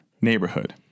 neighborhood